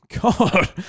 God